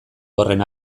horren